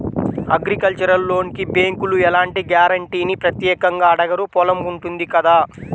agricultural లోనుకి బ్యేంకులు ఎలాంటి గ్యారంటీనీ ప్రత్యేకంగా అడగరు పొలం ఉంటుంది కదా